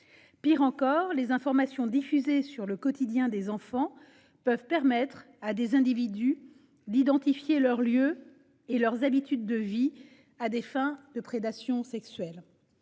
Pis, les informations diffusées sur le quotidien des enfants peuvent permettre à des individus d'identifier leurs lieux et habitudes de vie à des fins de prédation sexuelle.